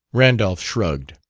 randolph shrugged.